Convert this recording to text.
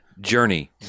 journey